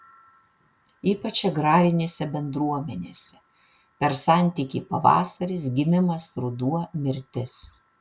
ypač agrarinėse bendruomenėse per santykį pavasaris gimimas ruduo mirtis